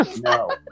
No